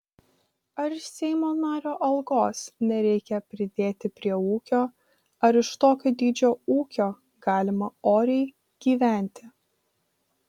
ar iš seimo nario algos nereikia pridėti prie ūkio ar iš tokio dydžio ūkio galima oriai gyventi